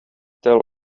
tell